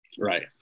Right